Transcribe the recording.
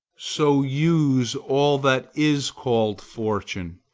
so use all that is called fortune.